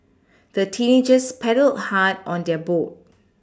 the teenagers paddled hard on their boat